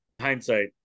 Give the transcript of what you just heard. hindsight